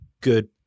good